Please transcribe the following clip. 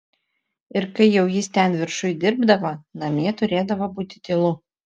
ir kai jau jis ten viršuj dirbdavo namie turėdavo būti tylu